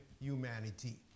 humanity